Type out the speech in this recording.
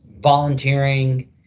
volunteering